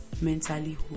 mentally